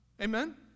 Amen